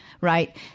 right